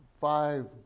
five